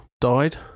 died